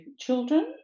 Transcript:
children